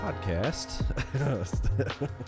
podcast